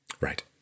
Right